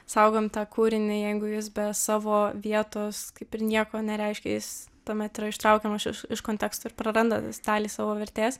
saugom tą kūrinį jeigu jis be savo vietos kaip ir nieko nereiškia jis tuomet yra ištraukiamas iš iš konteksto ir praranda dalį savo vertės